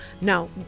Now